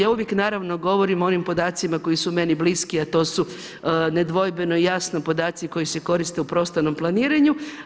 Ja uvijek naravno govorim o onim podacima koji su meni bliski, a to su nedvojbeno i jasno podaci koji se koriste u prostornom planiranju.